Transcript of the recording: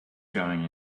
going